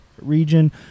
region